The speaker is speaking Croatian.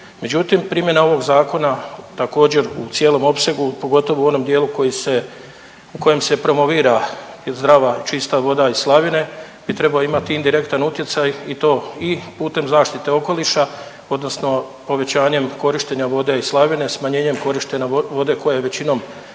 Međutim primjena ovog zakona također u cijelom opsegu, pogotovo u onom dijelu u kojem se promovira i zdrava i čista voda iz slavine bi trebao imati indirektan utjecaj i to i putem zaštite okoliša odnosno povećanjem korištenja vode iz slavine, smanjenjem korištenja vode koja je većinom